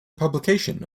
publication